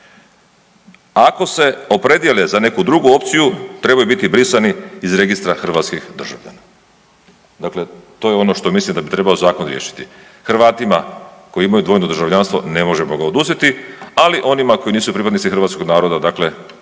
Ako se opredijele za neku drugu opciju, trebaju biti brisani iz registra hrvatskih državljana. Dakle, to je ono što mislim da bi trebao zakon riješiti. Hrvatima koji imaju dvojno državljanstvo ne možemo ga oduzeti, ali onima koji nisu pripadnici hrvatskog naroda, dakle